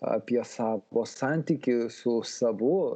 apie savo santykį su savu